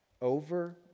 Over